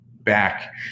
back